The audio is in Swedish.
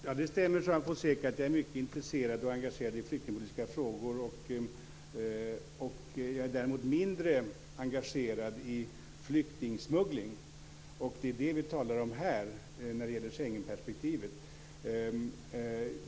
Herr talman! Det stämmer, Juan Fonseca, att jag är mycket intresserad och engagerad i flyktingpolitiska frågor. Jag är däremot mindre engagerad i flyktingsmuggling. Det är det vi talar om här i Schengenperspektivet.